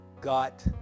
got